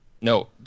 No